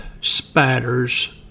spatters